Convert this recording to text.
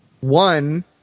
one